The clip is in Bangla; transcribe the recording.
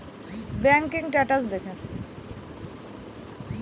আপনার অ্যাকাউন্ট এ কিছু টাকা ক্রেডিট হয়েছে কি কারণে ক্রেডিট হল বুঝবেন কিভাবে?